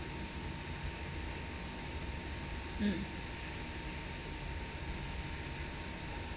mm